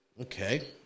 Okay